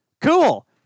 Cool